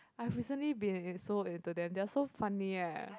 I've recently been so into them they're so funny eh